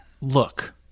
Look